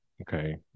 Okay